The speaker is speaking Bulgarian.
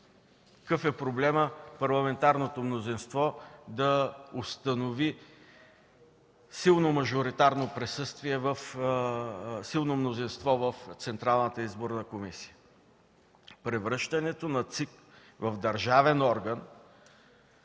Какъв е проблемът парламентарното мнозинство да установи силно мажоритарно присъствие, силно мнозинство в Централната избирателна комисия!? Превръщането на ЦИК в държавен орган